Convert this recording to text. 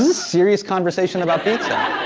and serious conversation about pizza.